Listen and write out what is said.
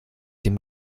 dem